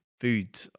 food